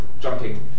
jumping